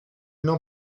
n’en